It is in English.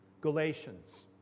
Galatians